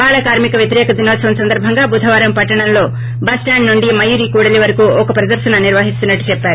బాలకార్మిక వ్యతిరేక దినోత్సవం సందర్భంగా బుధవారం పట్షణంలో బస్ స్టాండు నుండి మయూరి కూడలి వరకు ఒక ప్రదర్నన నిర్వహిస్తున్నట్టు చెప్పారు